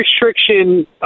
restriction